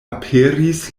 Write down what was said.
aperis